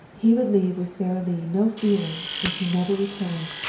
he would leave with sara lee no feeling, if he never returned,